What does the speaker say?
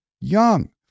young